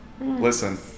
Listen